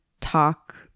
talk